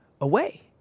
away